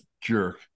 jerk